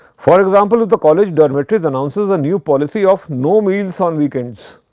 for example, if the college dormitories announces a new policy of no meals on weekends,